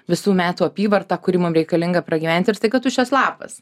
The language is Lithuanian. visų metų apyvartą kuri mum reikalinga pragyventi ir staiga tuščias lapas